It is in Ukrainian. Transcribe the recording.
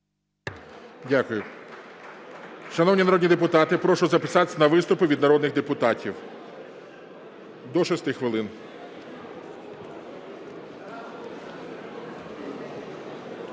Дякую. Шановні народні депутати, прошу записатися на виступи від народних депутатів – до 6 хвилин.